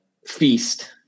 feast